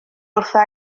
wrtha